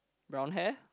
brown hair